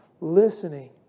listening